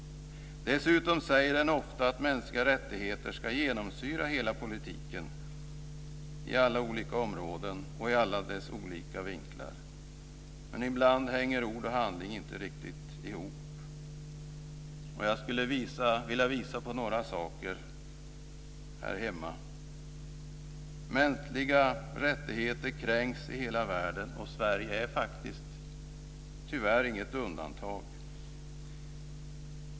Dessutom säger vi ofta att mänskliga rättigheter ska genomsyra hela politiken, i alla olika områden och i alla dess olika vinklar. Men ibland hänger ord och handling inte riktigt ihop. Jag skulle vilja visa på några saker här hemma. Mänskliga rättigheter kränks i hela världen, och Sverige är tyvärr inget undantag.